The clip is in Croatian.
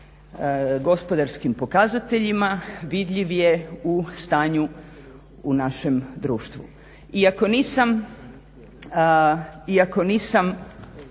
gospodarskim pokazateljima, vidljiv je u stanju u našem društvu. Iako nisam